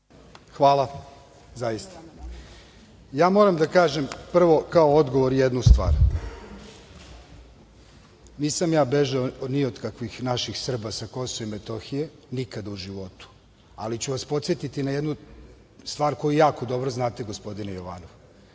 Hvala. Ja moram da kažem prvo kao odgovor jednu stvar. Nisam bežao ni od kakvih Srba sa KiM, nikada u životu, alu ću vas podsetiti na jednu stvar koju jako dobro znate gospodine Jovanov.